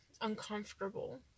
uncomfortable